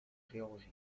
géorgie